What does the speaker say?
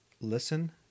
listen